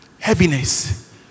Heaviness